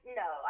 no